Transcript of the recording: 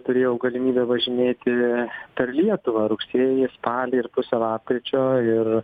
turėjau galimybę važinėti per lietuvą rugsėjį spalį ir pusę lapkričio ir